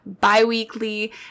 bi-weekly